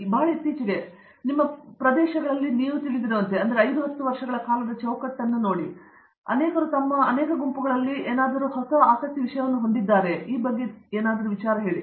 ಬಹಳ ಇತ್ತೀಚೆಗೆ ಅದು ನಿಮ್ಮ ಮೇಲೆ ಬಂದಿರುವ ಪ್ರದೇಶಗಳನ್ನು ನಿಮಗೆ ತಿಳಿದಿರುವಂತೆ ಏನು ಇರುತ್ತದೆಯೋ 5 10 ವರ್ಷಗಳ ಕಾಲದ ಚೌಕಟ್ಟನ್ನು ನೋಡೋಣ ಅನೇಕರು ತಮ್ಮ ಅನೇಕ ಗುಂಪುಗಳಲ್ಲಿ ನೋಡುವ ಆಸಕ್ತಿ ಹೊಂದಿರುತ್ತಾರೆ ಎಂದು ಹೇಳಬಹುದು